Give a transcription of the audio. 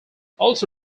also